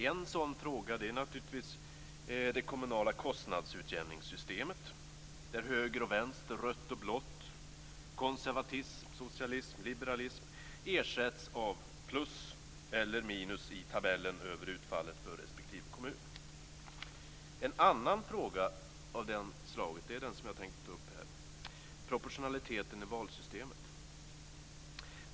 En sådan fråga är naturligtvis det kommunala kostnadsutjämningssystemet, där höger och vänster, rött och blått, konservatism, socialism och liberalism ersätts av plus eller minus i tabeller över utfallet för respektive kommun. En annan fråga av det slaget är den som jag tänker ta upp här, proportionaliteten i valsystemet.